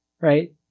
Right